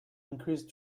increase